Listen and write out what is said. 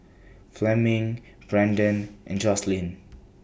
Fleming Brendan and Joslyn